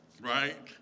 right